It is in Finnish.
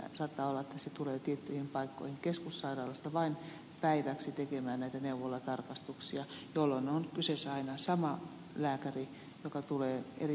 saattaa olla että hän tulee tiettyihin paikkoihin keskussairaalasta vain päiväksi tekemään näitä neuvolatarkastuksia jolloin on kyseessä aina sama lääkäri joka tulee eri terveyskeskuksiin